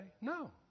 No